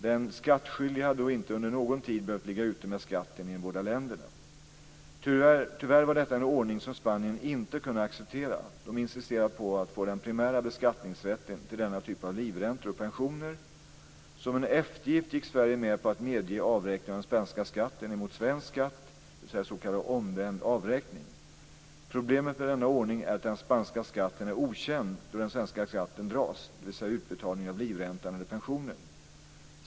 Den skattskyldige hade då inte under någon tid behövt ligga ute med skatten i båda länderna. Tyvärr var detta en ordning som Spanien inte kunde acceptera. De insisterade på att få den primära beskattningsrätten till denna typ av livräntor och pensioner. Som en eftergift gick Sverige med på att medge avräkning av den spanska skatten emot svensk skatt, s.k. omvänd avräkning. Problemet med denna ordning är att den spanska skatten är okänd då den svenska skatten dras, dvs. vid utbetalningen av livräntan eller pensionen.